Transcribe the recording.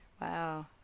wow